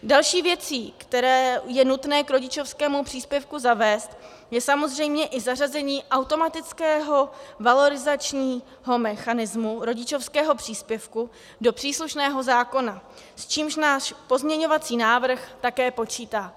Další věcí, které je nutné k rodičovskému příspěvku zavést, je samozřejmě i zařazení automatického valorizačního mechanismu rodičovského příspěvku do příslušného zákona, s čímž náš pozměňovací návrh také počítá.